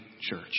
church